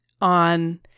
on